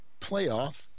playoff